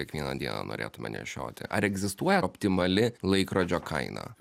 kiekvieną dieną norėtume nešioti ar egzistuoja optimali laikrodžio kaina